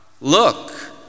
look